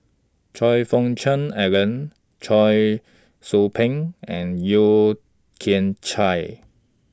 Choe Fook Cheong Alan Cheong Soo Pieng and Yeo Kian Chye